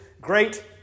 great